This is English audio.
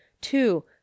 two